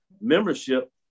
membership